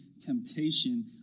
Temptation